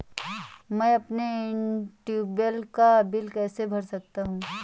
मैं अपने ट्यूबवेल का बिल कैसे भर सकता हूँ?